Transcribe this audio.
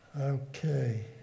Okay